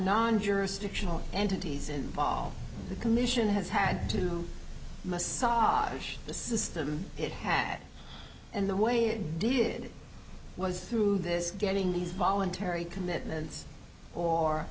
non jurisdictional entities involved the commission has had to massage the system it had and the way it did was through this getting these voluntary commitments or